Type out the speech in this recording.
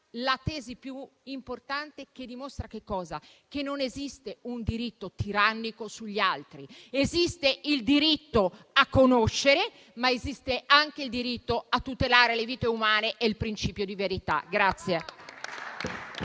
la tesi più importante che dimostra che non esiste un diritto tirannico sugli altri: esiste il diritto a conoscere, ma esiste anche il diritto a tutelare le vite umane e il principio di verità.